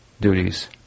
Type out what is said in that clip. duties